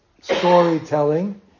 storytelling